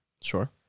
sure